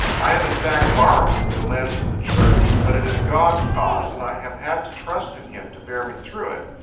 i am in fact borrowing, to lend to the church. but it is god's cause, and i have had to trust in him to bear me through it.